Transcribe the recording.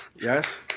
yes